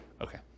Okay